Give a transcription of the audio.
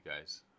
guys